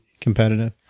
Competitive